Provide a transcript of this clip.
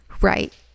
Right